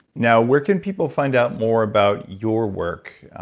now, where can people find out more about your work?